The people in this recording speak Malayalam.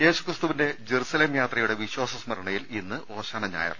യേശു ക്രിസ്തു വിന്റെ പ്രജറു സലേം യാത്രയുടെ വിശ്വാസ സ്മരണിയിൽ ഇന്ന് ഓശാന ഞായർ